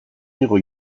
digu